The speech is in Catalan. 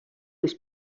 les